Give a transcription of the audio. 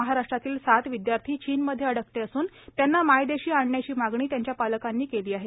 महाराष्ट्रातील सात विद्यार्थी चीनमध्ये अडकले असून त्यांना मायदेशी आणण्याची मागणी त्यांच्या पालकांनी केली आहे